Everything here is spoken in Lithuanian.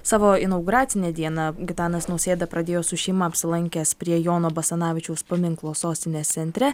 savo inauguracinę dieną gitanas nausėda pradėjo su šeima apsilankęs prie jono basanavičiaus paminklo sostinės centre